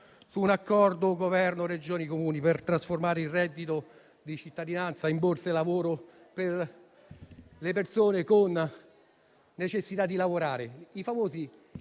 su un accordo Governo-Regioni-Comuni per trasformare il reddito di cittadinanza in borse lavoro per le persone con necessità di lavorare?